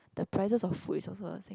the prices of food is also a